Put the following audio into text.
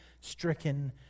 stricken